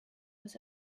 was